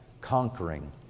conquering